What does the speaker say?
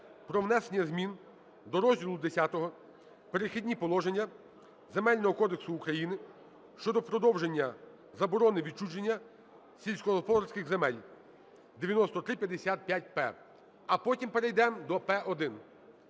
"Про внесення змін до розділу Х "Перехідні положення" Земельного кодексу України щодо продовження заборони відчуження сільськогосподарських земель 9355-П. А потім перейдемо до П1.